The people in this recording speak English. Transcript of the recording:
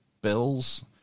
bills